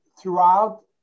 throughout